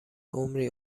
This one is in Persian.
عمری